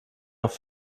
auch